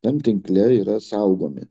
tam tinkle yra saugomi